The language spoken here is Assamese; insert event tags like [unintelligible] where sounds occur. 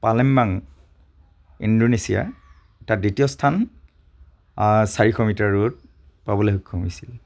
পালেম্বাং ইণ্ডোনেছিয়াৰ তাত দ্বিতীয় স্থান চাৰিশ মিটাৰ [unintelligible] পাবলৈ সক্ষম হৈছিল